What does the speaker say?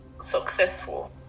successful